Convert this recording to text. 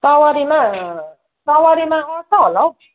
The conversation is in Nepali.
सवारीमा सवारीमा अटाउँछ होला हौ